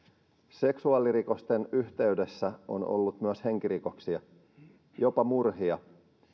seksuaalirikosten yhteydessä on ollut myös henkirikoksia jopa murhia